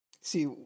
See